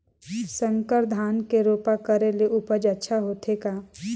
संकर धान के रोपा करे ले उपज अच्छा होथे का?